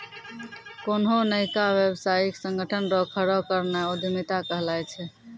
कोन्हो नयका व्यवसायिक संगठन रो खड़ो करनाय उद्यमिता कहलाय छै